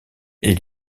est